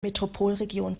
metropolregion